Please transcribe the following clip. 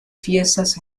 fiestas